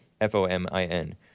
F-O-M-I-N